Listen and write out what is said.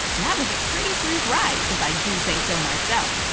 that was a pretty smooth ride if i do say so myself.